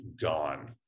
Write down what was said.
gone